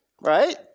Right